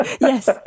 Yes